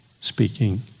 speaking